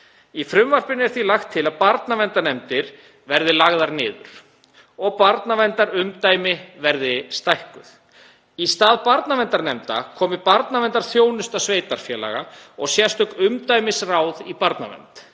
Í frumvarpinu er því lagt til að barnaverndarnefndir verði lagðar niður og barnaverndarumdæmi verði stækkuð. Í stað barnaverndarnefnda komi barnaverndarþjónusta sveitarfélaga og sérstök umdæmisráð í barnavernd